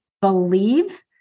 believe